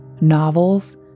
novels